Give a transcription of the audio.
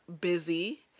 busy